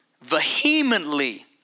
vehemently